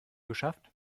geschafft